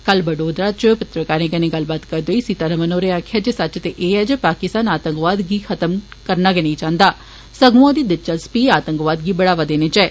कल वडोधरा च पत्रकारें कन्नै गलबात करदे होई सीतारमण होरें आक्खेआ जे सच ते एह् ऐ जे पाकिस्तान आतंकवाद गी खत्म करना गै नंई चाहंदा सगुआं ओह्दी दिलचस्पी आतंकवाद गी बढ़ावा देने च ऐ